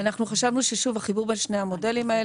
אנחנו חשבנו שהחיבור בין שני המודלים האלה,